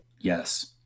Yes